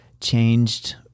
changed